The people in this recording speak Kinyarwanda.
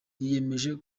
yiyemeje